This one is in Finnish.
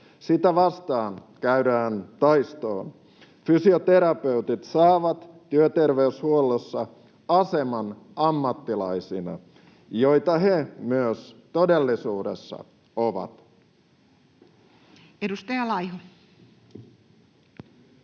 niitä vastaan käydään taistoon. Fysioterapeutit saavat työterveyshuollossa aseman ammattilaisina, joita he myös todellisuudessa ovat.